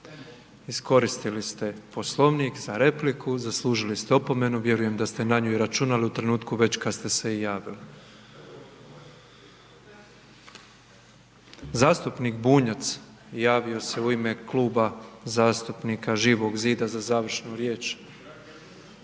iskoristili ste Poslovnik za repliku, zaslužili ste opomenu, vjerujem da ste na nju i računali u trenutku već kad ste se i javili. Zastupnik Bunjac javio se u ime Kluba zastupnika Živog zida za završnu riječ.